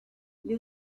les